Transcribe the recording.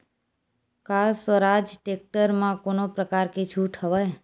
का स्वराज टेक्टर म कोनो प्रकार के छूट हवय?